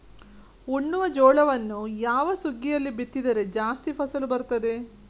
ಉಣ್ಣುವ ಜೋಳವನ್ನು ಯಾವ ಸುಗ್ಗಿಯಲ್ಲಿ ಬಿತ್ತಿದರೆ ಜಾಸ್ತಿ ಫಸಲು ಬರುತ್ತದೆ?